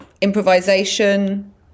improvisation